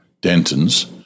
Denton's